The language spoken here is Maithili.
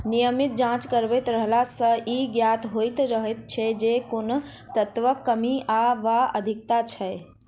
नियमित जाँच करबैत रहला सॅ ई ज्ञात होइत रहैत छै जे कोन तत्वक कमी वा अधिकता छै